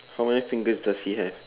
how many fingers does he has